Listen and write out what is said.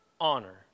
honor